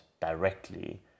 directly